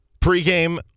pregame